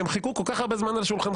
הם חיכו כל כך הרבה זמן על שולחנך,